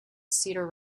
cedar